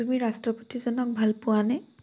তুমি ৰাষ্ট্ৰপতিজনক ভাল পোৱানে